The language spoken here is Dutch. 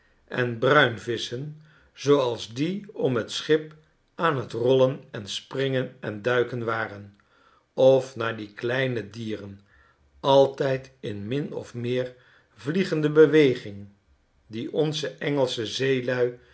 en bruinvisschen zooals die om t schip aan f t rollen en springen en duiken waren of naar die kleine dieren altijd in min of meer vliegende beweging die onze engelsche zeelui